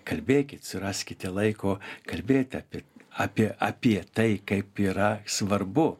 kalbėkit suraskite laiko kalbėti apie apie apie tai kaip yra svarbu